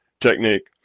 technique